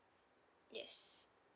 yes